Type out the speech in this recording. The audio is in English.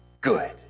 good